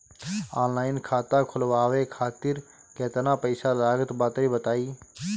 Online खाता खूलवावे खातिर केतना पईसा लागत बा तनि बताईं?